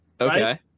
Okay